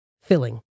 filling